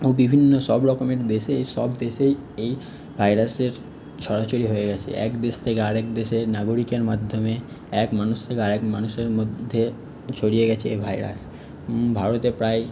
ও বিভিন্ন সব রকমের দেশে সব দেশেই এই ভাইরাসের ছড়া ছড়ি হয়ে গেছে এক দেশ থেকে আর এক দেশের নাগরিকদের মাধ্যমে এক মানুষ থেকে আরেক মানুষের মধ্যে ছড়িয়ে গেছে এই ভাইরাস ভারতে প্রায়